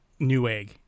Newegg